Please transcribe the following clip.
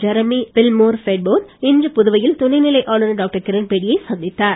Jeremy Pilmore Bedford இன்று புதுவையில் துணைநிலை ஆளுநர் டாக்டர் கிரண்பேடியை சந்தித்தார்